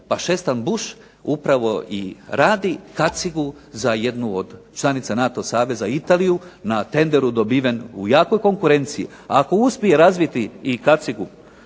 Pa Šestanbuš, upravo i radi kacigu za jednu od članica NATO Saveza Italiju, na tenderu dobiven u jakoj konkurenciji. Ako uspije razviti i kacigu